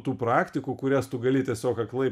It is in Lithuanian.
tų praktikų kurias tu gali tiesiog aklai